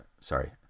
sorry